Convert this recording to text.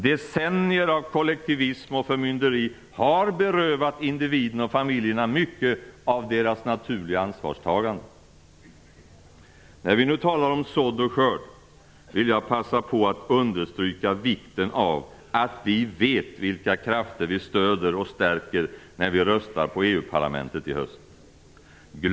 Decennier av kollektivism och förmynderi har berövat individen och familjerna mycket av deras naturliga ansvarstagande. När vi nu talar om sådd och skörd vill jag passa på att understryka vikten av att vi vet vilka krafter vi stödjer och stärker när vi röstar till EU-parlamentet i höst.